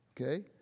Okay